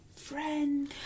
friend